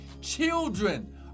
children